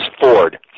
Ford